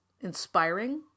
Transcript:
inspiring